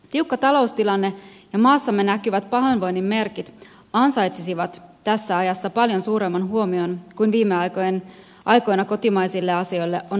tiukka taloustilanne ja maassamme näkyvät pahoinvoinnin merkit ansaitsisivat tässä ajassa paljon suuremman huomion kuin viime aikoina kotimaisille asioille on annettu